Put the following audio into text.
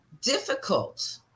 difficult